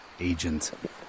Agent